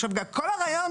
עכשיו כל הרעיון